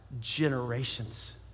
generations